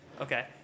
okay